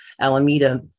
Alameda